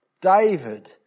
David